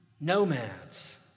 nomads